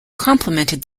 complimented